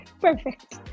Perfect